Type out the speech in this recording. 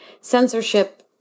Censorship